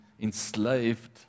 enslaved